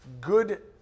good